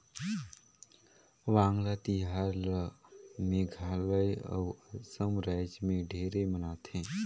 वांगला तिहार ल मेघालय अउ असम रायज मे ढेरे मनाथे